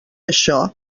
això